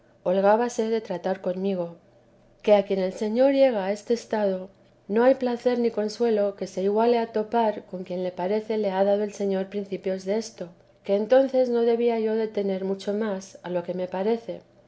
holgábase de tratar conmigo que a quien el señor llega a este estado no hay placer ni consuelo que se iguale a topar con quien le parece le ha dado el señor principios desto que entonces no debía yo de tener mucho más a lo que me parece